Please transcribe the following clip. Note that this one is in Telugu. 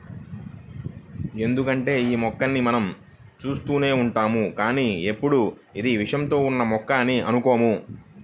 ఎందుకంటే యీ మొక్కని మనం చూస్తూనే ఉంటాం కానీ ఎప్పుడూ ఇది విషంతో ఉన్న మొక్క అని అనుకోము